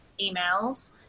emails